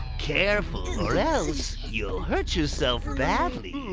careful, or else! you'll hurt yourself badly.